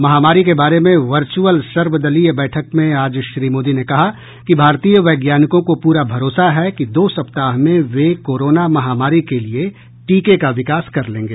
महामारी के बारे में वर्चुअल सर्वदलीय बैठक में आज श्री मोदी ने कहा कि भारतीय वैज्ञानिकों को पूरा भरोसा है कि दो सप्ताह में वे कोरोना महामारी के लिए टीके का विकास कर लेंगे